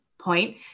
point